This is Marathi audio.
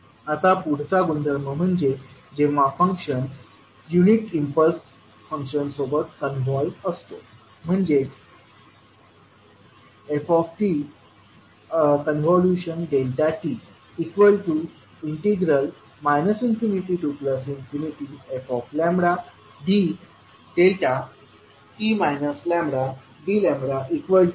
आता पुढचा गुणधर्म म्हणजे जेव्हा फंक्शन युनिट इम्पल्स फंक्शन सोबत कन्वाल्व असतो म्हणजे ft δt ∞ft λdλ f